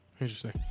Interesting